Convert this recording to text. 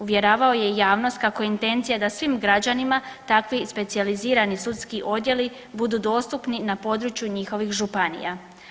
Uvjeravao je javnost kako je intencija da svim građanima takvi specijalizirani sudski odjeli budu dostupni na području njihovih županija.